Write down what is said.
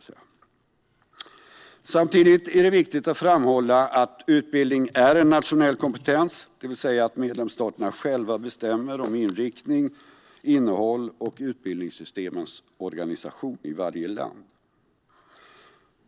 Samtidigt är det viktigt att framhålla att utbildning är en nationell kompetens, det vill säga att medlemsstaterna själva bestämmer om inriktning, innehåll och utbildningssystemets organisation i varje land.